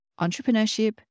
entrepreneurship